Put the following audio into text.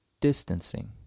distancing